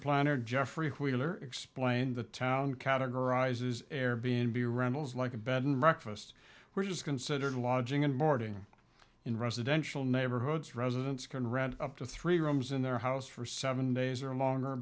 planner geoffrey wheeler explained the town categorizes air b n b rentals like a bed and breakfast were just considered lodging and boarding in residential neighborhoods residents can read up to three rooms in their house for seven days or longer